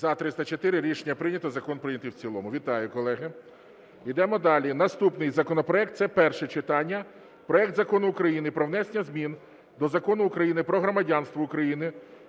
За-304 Рішення прийнято. Закон прийнятий в цілому. Вітаю, колеги. Ідемо далі. Наступний законопроект, це перше читання, проект Закону України про внесення змін до Закону України "Про громадянство України"